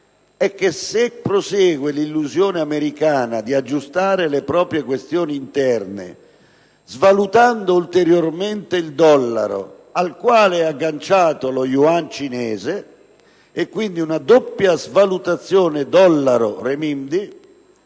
è che se prosegue l'illusione americana di aggiustare le proprie questioni interne svalutando ulteriormente il dollaro, al quale è agganciato lo yuan cinese (quindi con una doppia svalutazione dollaro-renminbi),